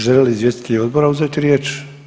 Žele li izvjestitelji odbora uzeti riječ?